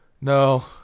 no